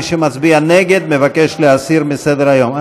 מי שמצביע נגד, מבקש להסירו מסדר-היום.